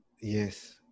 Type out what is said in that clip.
Yes